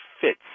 fits